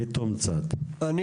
אני